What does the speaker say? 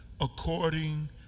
according